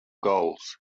goals